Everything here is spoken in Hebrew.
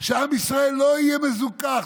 שעם ישראל לא יהיה מזוכך,